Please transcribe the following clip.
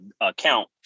account